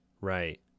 right